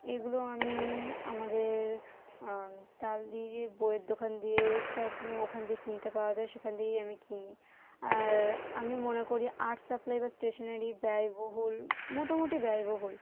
এগুলো আমি আমাদের তালদিরই বইয়ের দোকান দিয়ে তার ওখান দিয়ে কিনতে পাওয়া যায় সেখান দিয়েই আমি কিনি আর আমি মনে করি আর্টস সাপ্লাই বা স্টেশনারি ব্যয়বহুল মোটামুটি ব্যয়বহুল